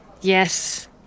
Yes